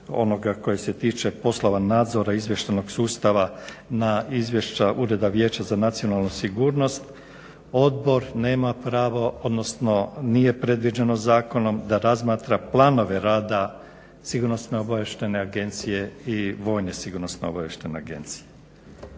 onoga koji se tiče poslova nadzora izvještajnog sustava na izvješća Ureda Vijeća za nacionalnu sigurnost, odbor nema pravo odnosno nije predviđeno zakonom da razmatra planove rada Sigurnosno-obavještajne agencije i Vojne sigurnosno-obavještajne agencije,